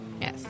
Yes